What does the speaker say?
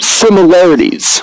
similarities